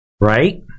right